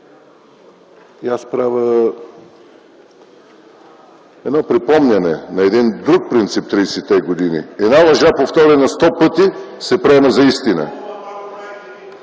и аз правя припомняне на един друг принцип от 30-те години – една лъжа, повторена сто пъти, се приема за истина.